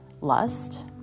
lust